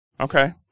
Okay